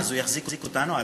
על מנת שיקשיב לכם,